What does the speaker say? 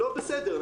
לא בסדר.